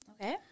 Okay